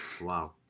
Wow